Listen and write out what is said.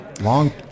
long